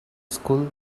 school